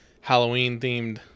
Halloween-themed